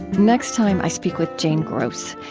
next time, i speak with jane gross.